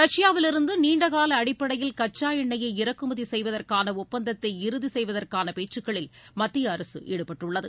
ரஷ்பாவிலிருந்து நீண்டகால அடிப்படையில் கச்சா எண்ணெயை இறக்குமதி செய்வதற்கான ஒப்பந்தத்தை இறுதி செய்வதற்கான பேச்சுக்களில் மத்திய அரசு ஈடுபட்டுள்ளது